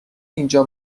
اینجا